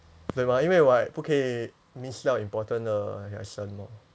but 因为 like 不可以 missed 掉 important 的 lesson mah